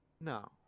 No